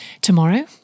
Tomorrow